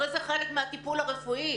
הרי זה חלק מהטיפול הרפואי.